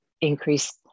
increase